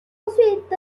ensuite